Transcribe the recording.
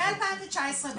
מ-2019,